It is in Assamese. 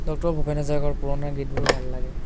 ডক্টৰ ভূপেন হাজৰিকাৰ পুৰণা গীতবোৰ ভাল লাগে